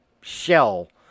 shell